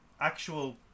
actual